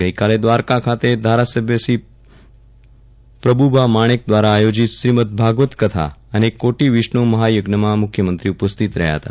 ગઈકાલે દ્વારકા ખાતે ધારાસભ્ય શ્રી પ્રબુભા માણેક દ્વારા આયોજિત શ્રીમદ ભાગવત કથા અને શ્રી કોટિવિષ્ણુ મહાયજ્ઞમાં મુખ્યમંત્રી ઉપસ્થિત રહ્યા હતા